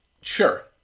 sure